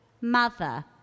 Mother